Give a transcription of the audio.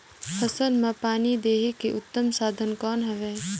फसल मां पानी देहे के उत्तम साधन कौन हवे?